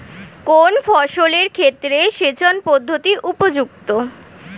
কোন ফসলের ক্ষেত্রে সেচন পদ্ধতি উপযুক্ত?